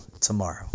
tomorrow